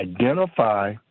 identify